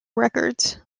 records